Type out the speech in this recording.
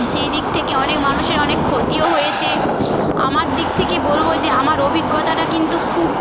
সেইদিক থেকে অনেক মানুষের অনেক ক্ষতিও হয়েছে আমার দিক থেকে বলব যে আমার অভিজ্ঞতাটা কিন্তু খুব